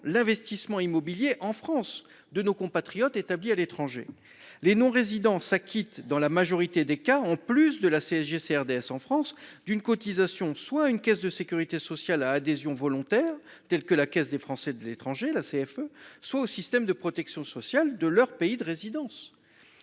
l’investissement immobilier en France de nos compatriotes établis à l’étranger. Les non résidents s’acquittent dans la majorité des cas, en plus de la CSG CRDS due en France, d’une cotisation soit à une caisse de sécurité sociale à adhésion volontaire, telle que la Caisse des Français de l’étranger, soit au système de protection sociale de leur pays de résidence.